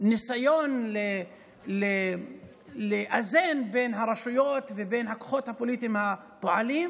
וניסיון לאזן בין הרשויות ובין הכוחות הפוליטיים הפועלים,